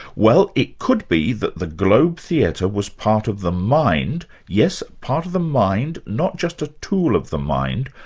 well, it could be that the globe theatre was part of the mind, yes, part of the mind, not just a tool of the mind,